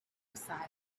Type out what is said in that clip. decided